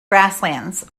grasslands